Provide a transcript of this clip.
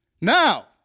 Now